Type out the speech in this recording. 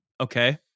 Okay